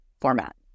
format